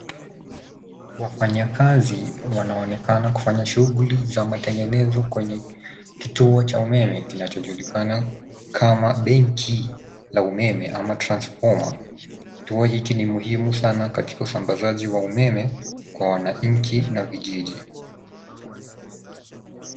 Wafanyakazi wanaonekana kufanya shughuli za matengenezo kwenye kituo cha umeme kinachojulikana kama benki la umeme ama transfoma . Kituo hiki ni muhimu sana katika usambazaji wa umeme kwa wananchi na vijiji.